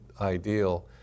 ideal